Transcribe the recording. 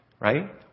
right